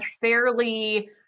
fairly